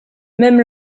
même